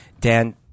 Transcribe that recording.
Dan –